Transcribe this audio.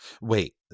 Wait